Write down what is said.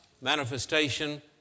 manifestation